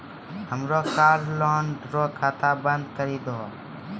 हमरो car loan रो खाता बंद करी दहो